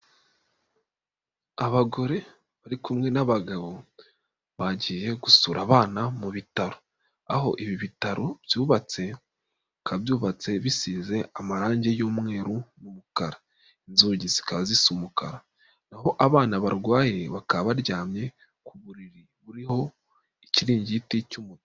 Abagore bari kumwe n'abagabo bagiye gusura abana mu bitaro, aho ibi bitaro byubatse bikaba byubatse bisize amarangi y'umweru n'umukara, inzugi zikaba zisa umukara na ho abana barwaye bakaba baryamye ku buriri buriho ikiringiti cy'umutuku.